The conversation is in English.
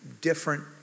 different